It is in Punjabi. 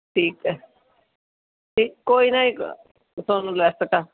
ਠੀਕ ਆ ਜੀ ਕੋਈ ਨਾ ਤੁਹਾਨੂੰ ਲੈੱਸ ਕਰ